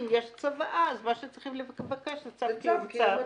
אם יש צוואה אז מה שצריך לבקש זה צו קיום צוואה.